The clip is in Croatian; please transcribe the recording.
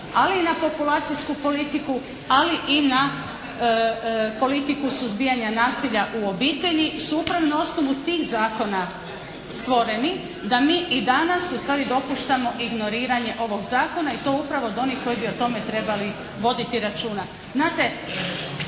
ali i na populacijsku politiku, ali i na politiku suzbijanja nasilja u obitelji, … /Govornica se ne razumije./ … na osnovu tih zakona stvoreni da mi i danas ustvari dopuštamo ignoriranje ovog zakona i to upravo od onih koji bi o tome trebali voditi računa.